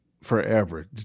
forever